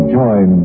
join